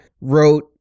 wrote